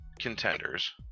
Contenders